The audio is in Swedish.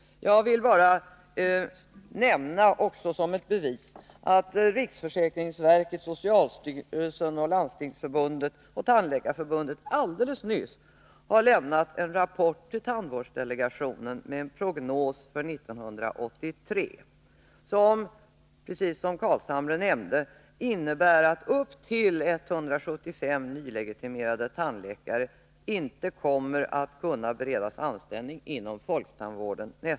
Jag vill bara nämna, också som ett bevis, att riksförsäkringsverket, socialstyrelsen, Landstingsförbundet och Tandläkarförbundet alldeles nyligen har lämnat en rapport till tandvårdsdelegationen med en prognos för 1983. Den innebär — precis som Nils Carlshamre nämnde — att upp till 175 nylegitimerade tandläkare nästa år inte kommer att kunna beredas anställning inom folktandvården.